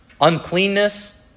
uncleanness